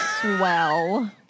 Swell